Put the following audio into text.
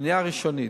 מניעה ראשונית,